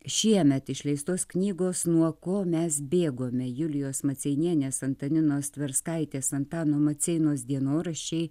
šiemet išleistos knygos nuo ko mes bėgome julijos maceinienės antaninos tverskaitės antano maceinos dienoraščiai